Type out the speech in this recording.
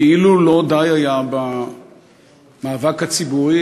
כאילו לא די היה במאבק הציבורי,